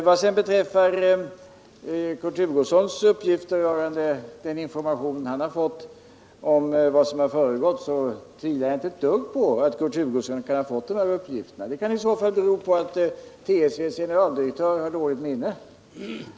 Vad sedan beträffar Kurt Hugossons uppgifter rörande den information som han har fått om vad som har föregått beslutet, tvivlar jag inte ett dugg på att Kurt Hugosson kan ha fått de uppgifterna. Det kan i så fall bero på att trafiksäkerhetsverkets generaldirektör har dåligt minne.